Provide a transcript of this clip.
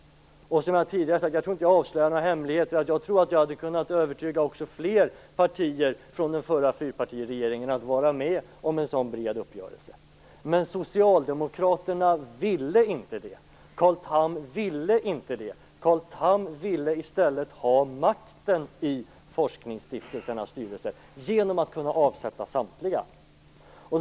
Jag tror, som jag tidigare har sagt - och jag tror då inte att jag avslöjar några hemligheter - att jag hade kunnat övertyga också fler partier från den förra fyrpartiregeringen om att vara med om en sådan bred uppgörelse. Men Socialdemokraterna ville inte det. Carl Tham ville inte det. Carl Tham ville i stället ha makten över forskningsstiftelsernas styrelser genom att kunna avsätta samtliga ledamöter.